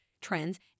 trends